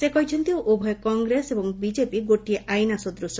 ସେ କହିଛନ୍ତି ଉଭୟ କଂଗ୍ରେସ ଏବଂ ବିକେପି ଗୋଟିଏ ଆଇନା ସଦୂଶ